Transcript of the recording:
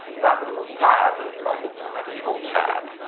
that little tab looks like it's a medieval tab.